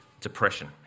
depression